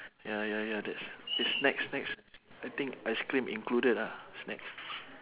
ya ya ya the the snacks snacks I think ice cream included lah snacks